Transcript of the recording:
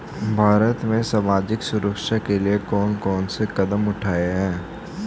भारत में सामाजिक सुरक्षा के लिए कौन कौन से कदम उठाये हैं?